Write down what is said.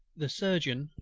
the surgeon,